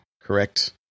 Correct